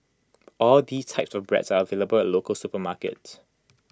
all these types of bread are available at local supermarkets